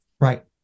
right